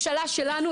עשרות שנים,